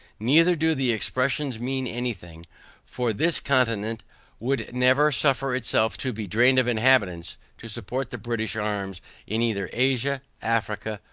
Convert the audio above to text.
neither do the expressions mean any thing for this continent would never suffer itself to be drained of inhabitants, to support the british arms in either asia, africa,